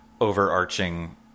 overarching